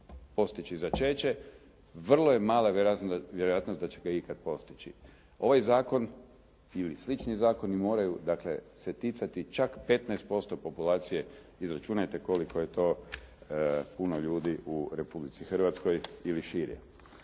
postići začeće, vrlo je mala vjerojatnost da će ga ikad postići. Ovaj zakon ili slični zakoni moraju dakle se ticati čak 15% populacije. Izračunajte koliko je to puno ljudi u Republici Hrvatskoj ili šire.